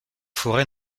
forêt